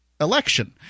election